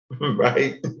Right